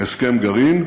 הסכם גרעין,